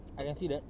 I can see that